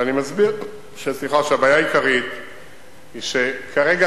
אבל אני מסביר שהבעיה העיקרית היא שכרגע